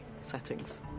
settings